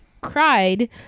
cried